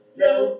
no